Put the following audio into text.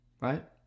Right